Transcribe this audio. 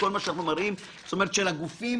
לגופים